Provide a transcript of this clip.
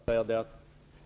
Herr talman!